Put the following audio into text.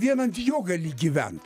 vien ant jo gali gyvent